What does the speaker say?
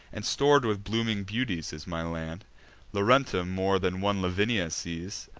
and stor'd with blooming beauties is my land laurentum more than one lavinia sees,